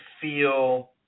feel